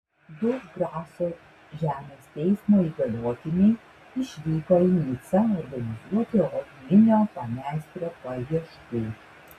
du graso žemės teismo įgaliotiniai išvyko į nicą organizuoti odminio pameistrio paieškų